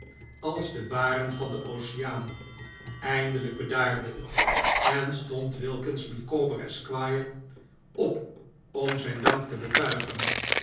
als de baren van den oceaan eindelijk bedaarde het en stond wilkins micawber esquire op om zijn dank te betuigen